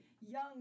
young